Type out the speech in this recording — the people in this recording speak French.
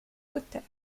auteur